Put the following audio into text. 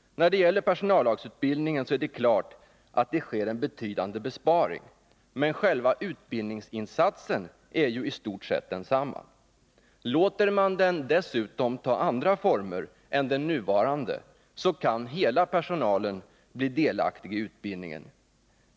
När det gäller personallagsutbildningen är det klart att det sker en betydande besparing, men själva utbildningsinsatsen är ju i stort sett densamma. Låter man den dessutom få andra former än den nuvarande, kan hela personalen bli delaktig i utbildningen.